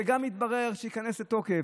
זה גם יתברר כשייכנס לתוקף.